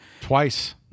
Twice